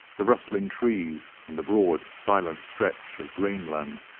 the rustling trees and the broad silent stretch of grain-land,